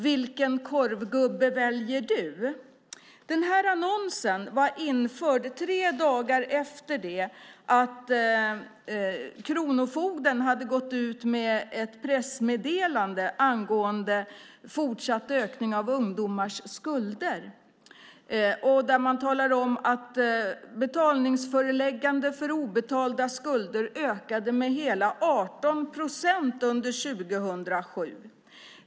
Vilken korvgubbe väljer du?" Den här annonsen var införd tre dagar efter det att kronofogden hade gått ut med ett pressmeddelande angående fortsatt ökning av ungdomars skulder, där man talade om att betalningsförelägganden för obetalda skulder ökade med hela 18 procent under 2007.